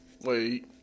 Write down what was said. Wait